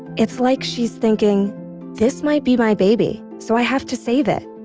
it's like she's thinking this might be my baby, so i have to save it.